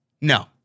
No